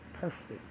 perfect